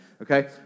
okay